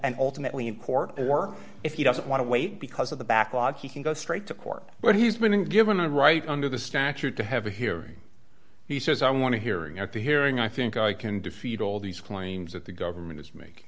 and ultimately in court or if he doesn't want to wait because of the backlog he can go straight to court but he's been given a right under the statute to have a hear he says i want to hearing at the hearing i think i can defeat all these claims that the government is make